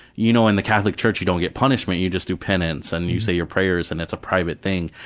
you know in the catholic church, you don't get punishment, you just do penance, and you just say your prayers and it's a private thing.